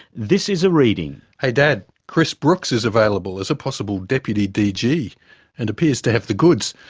this is a reading. hey dad, chris brooks is available as a possible deputy dg and appears to have the goods.